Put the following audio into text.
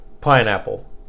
Pineapple